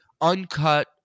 uncut